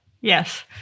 yes